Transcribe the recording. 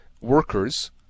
workers